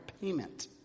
payment